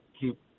keep